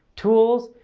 tools,